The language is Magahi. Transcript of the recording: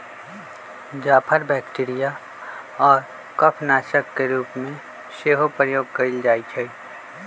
जाफर बैक्टीरिया आऽ कफ नाशक के रूप में सेहो प्रयोग कएल जाइ छइ